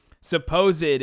supposed